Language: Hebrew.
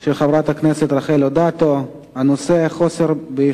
של חברת הכנסת רחל אדטו: הצורך ביחידת